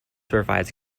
provides